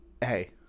Hey